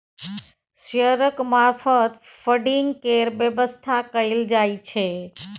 शेयरक मार्फत फडिंग केर बेबस्था कएल जाइ छै